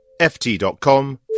ft.com